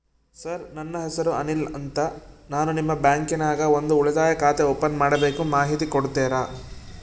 Sir ನನ್ನ ಹೆಸರು ಅನಿಲ್ ಅಂತ ನಾನು ನಿಮ್ಮ ಬ್ಯಾಂಕಿನ್ಯಾಗ ಒಂದು ಉಳಿತಾಯ ಖಾತೆ ಓಪನ್ ಮಾಡಬೇಕು ಮಾಹಿತಿ ಕೊಡ್ತೇರಾ?